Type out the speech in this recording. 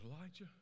Elijah